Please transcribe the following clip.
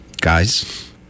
guys